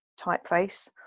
typeface